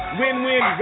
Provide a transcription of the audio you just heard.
win-win